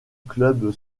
club